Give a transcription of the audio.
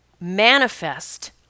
manifest